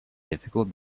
difficult